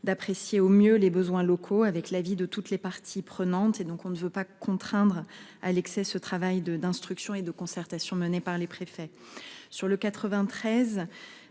d'apprécier au mieux les besoins locaux, avec l'avis de toutes les parties prenantes. Nous ne voulons pas contraindre à l'excès ce travail d'instruction et de concertation mené par les préfets. Pour ces